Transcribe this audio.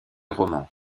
roman